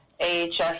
AHS